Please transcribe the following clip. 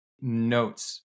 notes